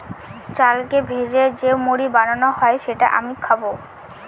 চালকে ভেজে যে মুড়ি বানানো হয় যেটা আমি খাবো